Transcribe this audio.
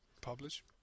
publish